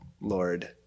Lord